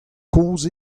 kozh